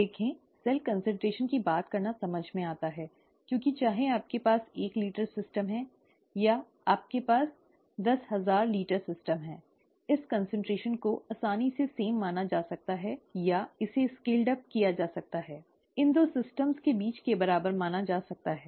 cell देखें cell concentration की बात करना समझ में आता है क्योंकि चाहे आपके पास एक लीटर सिस्टम है या आपके पास 10000 L सिस्टम है इस कान्सन्ट्रेशन को आसानी से एक ही माना जा सकता है या इसे बढ़ाया जा सकता है इन दो प्रणालियों के बीच के बराबर माना जा सकता है